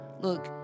Look